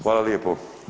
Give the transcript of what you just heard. Hvala lijepo.